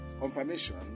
confirmation